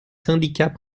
syndicats